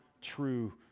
true